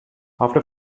after